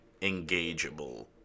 engageable